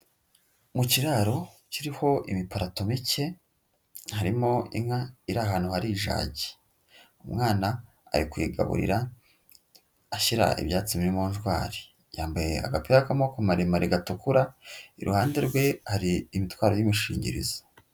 Mu kiraro kiriho ibiparatompeke, harimo inka iri ahantu hari ijagi, umwana ari kuyigaburira ashyira ibyatsi muri monjwari, yambaye agapira k'amaboko maremare gatukura, iruhande rwe hari imitwaro y'imishingirizo.